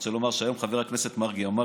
אני רוצה לומר: היום חבר הכנסת מרגי אמר